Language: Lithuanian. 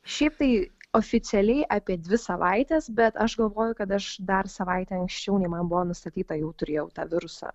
šiaip tai oficialiai apie dvi savaites bet aš galvoju kad aš dar savaitę anksčiau nei man buvo nustatyta jau turėjau tą virusą